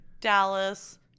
Dallas